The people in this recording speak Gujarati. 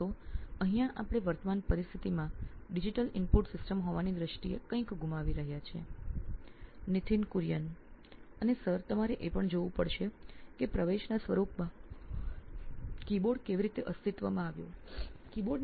તો અહીં વર્તમાન પરિસ્થિતિમાં આપણે ડિજિટલ ઇનપુટ સિસ્ટમ હોવાની દ્રષ્ટિએ કઈં ગુમાવી રહ્યાં છીએ